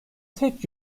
tek